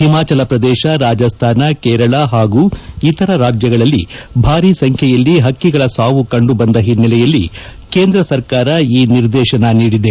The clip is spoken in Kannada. ಹಿಮಾಚಲ ಪ್ರದೇಶ ರಾಜಸ್ತಾನ ಕೇರಳ ಹಾಗೂ ಇತರ ರಾಜ್ಯಗಳಲ್ಲಿ ಭಾರಿ ಸಂಖ್ಯೆಯಲ್ಲಿ ಹಕ್ಕಿಗಳ ಸಾವು ಕಂದುಬಂದ ಹಿನ್ನೆಲೆಯಲ್ಲಿ ಕೇಂದ್ರ ಸರ್ಕಾರ ಈ ನಿರ್ದೇಶನ ನೀದಿದೆ